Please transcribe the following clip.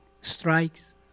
Strikes